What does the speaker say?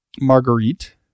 Marguerite